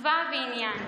תקווה ועניין,